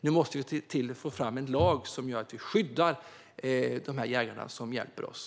Vi måste se till att få fram en lag som skyddar jägarna som hjälper oss.